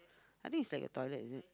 I think it's like a toilet is it